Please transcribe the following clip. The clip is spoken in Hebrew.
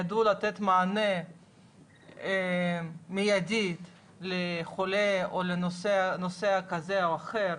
יידעו לתת מענה מיידי לחולה או לנוסע כזה או אחר